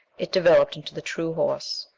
it developed into the true horse.